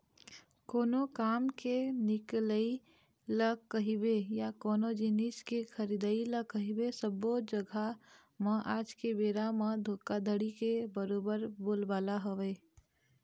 कोनो काम के निकलई ल कहिबे या कोनो जिनिस के खरीदई ल कहिबे सब्बो जघा म आज के बेरा म धोखाघड़ी के बरोबर बोलबाला हवय